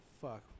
fuck